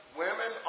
women